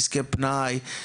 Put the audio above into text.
עסקי פנאי,